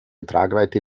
tragweite